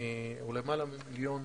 או למעלה ממיליון